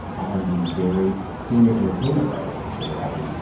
adam b. vary, senior entertainment writer for variety.